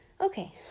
Okay